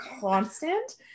constant